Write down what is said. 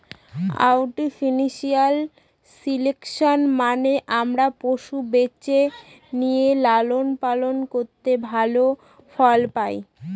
artificial selection মানে আমরা পশু বেছে নিয়ে লালন পালন করে ভালো ফল পায়